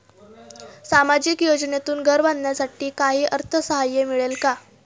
सामाजिक योजनेतून घर बांधण्यासाठी काही अर्थसहाय्य मिळेल का?